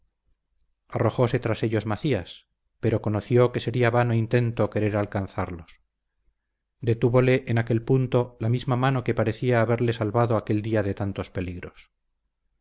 defiende arrojóse tras ellos macías pero conoció que sería vano intento querer alcanzarlos detúvole en aquel punto la misma mano que parecía haberle salvado aquel día de tantos peligros